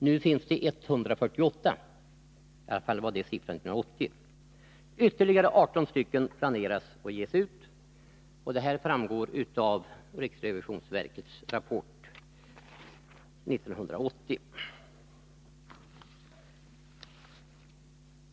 Nu finns det 148— det var i alla fall siffran för 1980. Ytterligare 18 planeras att ges ut. Detta framgår av riksrevisionsverkets rapport 1980.